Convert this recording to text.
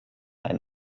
ein